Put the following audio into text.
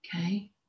okay